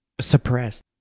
suppressed